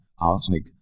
arsenic